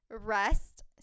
rest